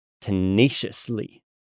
tenaciously